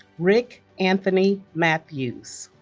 rick anthony matthews